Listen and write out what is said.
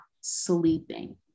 sleeping